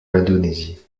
indonésie